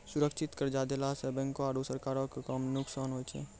सुरक्षित कर्जा देला सं बैंको आरू सरकारो के कम नुकसान हुवै छै